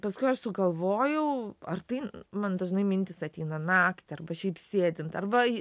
paskui aš sugalvojau ar tai man dažnai mintys ateina naktį arba šiaip sėdint arba